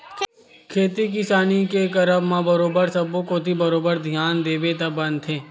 खेती किसानी के करब म बरोबर सब्बो कोती बरोबर धियान देबे तब बनथे